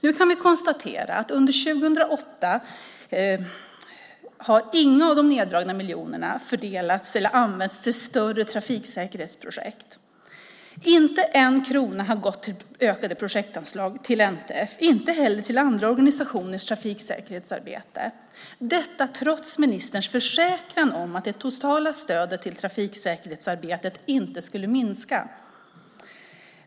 Nu kan vi konstatera att under 2008 har inga av de neddragna miljonerna använts till större trafiksäkerhetsprojekt. Inte en krona har gått till ökade projektanslag till NTF och inte heller till andra organisationers trafiksäkerhetsarbete, detta trots ministerns försäkran om att det totala stödet till trafiksäkerhetsarbetet inte skulle minska.